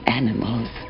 animals